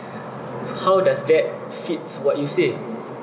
so how does that fit what you said